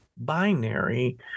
Binary